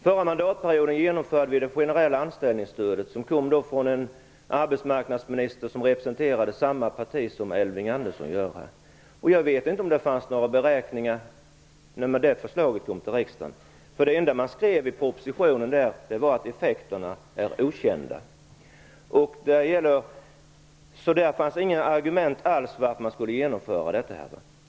Förra mandatperioden genomförde vi det generella anställningsstödet på förslag av en arbetsmarknadsminister som representerade samma parti som Elving Andersson gör. Jag vet inte om det fanns några beräkningar när det förslaget kom till riksdagen. Det enda som stod i propositionen var att effekterna var okända. Där fanns inga argument varför man skulle genomföra det.